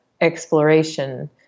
exploration